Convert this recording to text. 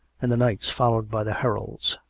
and the knights followed by the heralds.